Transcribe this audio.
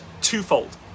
twofold